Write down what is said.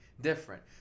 different